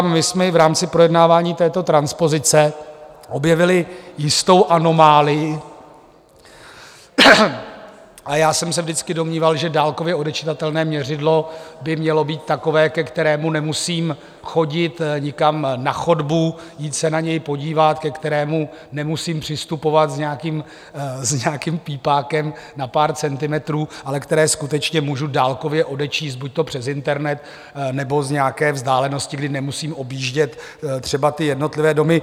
My jsme i v rámci projednávání této transpozice objevili jistou anomálii já jsem se vždycky domníval, že dálkově odečitatelné měřidlo by mělo být takové, ke kterému nemusím chodit nikam na chodbu, jít se na něj podívat, ke kterému nemusím přistupovat s nějakým pípákem na pár centimetrů, ale které skutečně můžu dálkově odečíst, buďto přes internet, nebo z nějaké vzdálenosti, kdy nemusím objíždět třeba jednotlivé domy.